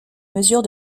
mesures